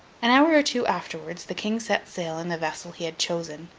an hour or two afterwards, the king set sail in the vessel he had chosen,